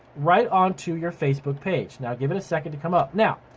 right onto your facebook page. now give it a second to come up. now,